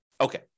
Okay